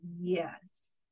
yes